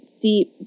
deep